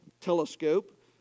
telescope